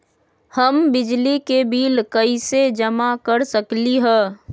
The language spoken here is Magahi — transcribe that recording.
हम बिजली के बिल कईसे जमा कर सकली ह?